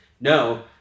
No